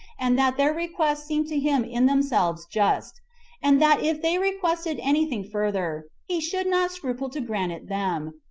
and that their requests seemed to him in themselves just and that if they requested any thing further, he should not scruple to grant it them,